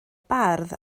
bardd